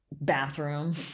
bathroom